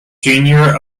junior